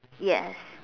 yes